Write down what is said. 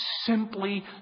simply